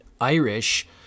Irish